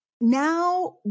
now